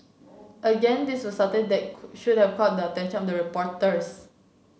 again this was something that should have caught the attention of the reporters